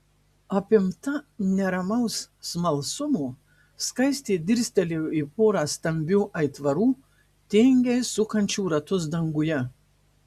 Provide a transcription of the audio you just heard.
apimta neramaus smalsumo skaistė dirstelėjo į porą stambių aitvarų tingiai sukančių ratus danguje